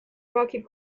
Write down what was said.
rocky